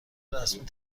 رسمی